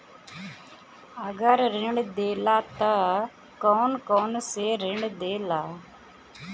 अगर ऋण देला त कौन कौन से ऋण देला?